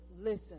listen